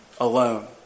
alone